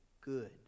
good